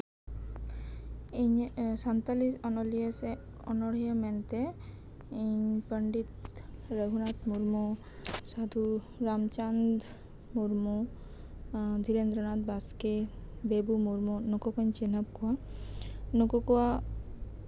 ᱤᱧᱟᱹᱜ ᱥᱟᱱᱛᱟᱞᱤ ᱚᱱᱚᱞᱤᱭᱟᱹ ᱥᱮ ᱤᱧᱟᱹᱜ ᱚᱱᱚᱲᱦᱤᱭᱟᱹ ᱢᱮᱱᱛᱮ ᱤᱧ ᱯᱚᱱᱰᱤᱛ ᱨᱚᱜᱷᱩᱱᱟᱛᱷ ᱢᱩᱨᱢᱩ ᱥᱟᱹᱫᱷᱩ ᱨᱟᱢᱪᱟᱸᱫᱽ ᱢᱩᱨᱢᱩ ᱫᱷᱤᱨᱮᱱᱫᱚᱨᱚᱱᱟᱛᱷ ᱵᱟᱥᱠᱮ ᱫᱮᱵᱩ ᱢᱩᱨᱢᱩ ᱱᱩᱠᱩ ᱠᱚᱧ ᱪᱤᱱᱦᱟᱹᱯ ᱠᱚᱣᱟ ᱱᱩᱠᱩ ᱠᱚᱣᱟᱜ